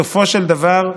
בסופו של דבר,